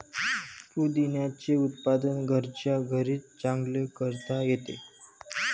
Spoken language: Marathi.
पुदिन्याचे उत्पादन घरच्या घरीही चांगले करता येते